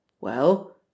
Well